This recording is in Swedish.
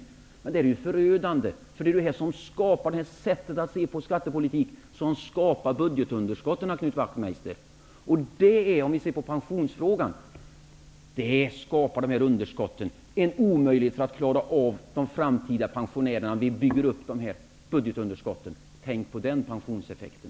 Men det är ju förödande, eftersom det är detta som skapar det sätt att se på skattepolitiken som skapar budgetunderskotten, Knut Wachtmeister. Och det skapar, om vi ser på pensionsfrågan, dessa underskott, vilket är omöjligt för att klara av de framtida pensionerna. Tänk på den pensionseffekten!